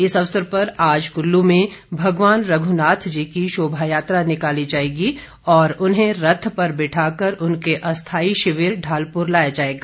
इस अवसर पर आज कुल्लू में भगवान रघुनाथजी की शोभा यात्रा निकाली जाएगी और उन्हें रथ पर बिठा उनके अस्थायी शिविर ढालपुर लाया जाएगा